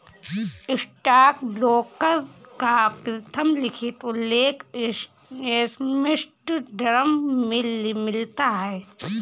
stockbroker का प्रथम लिखित उल्लेख एम्स्टर्डम में मिलता है